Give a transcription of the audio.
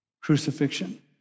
crucifixion